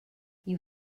you